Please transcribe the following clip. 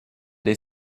they